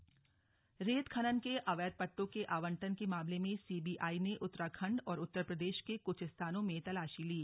अवैध खनन रेत खनन के अवैध पट्टों के आवंटन के मामले में सीबीआई ने उत्तराखंड और उत्तर प्रदेश के कुछ स्थानों में तलाशी ली